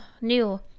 new